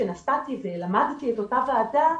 כשנסעתי ולמדתי את אותה ועדה,